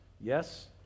yes